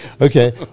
Okay